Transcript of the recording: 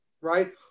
right